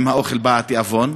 עם האוכל בא התיאבון,